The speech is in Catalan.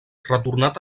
retornat